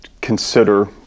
consider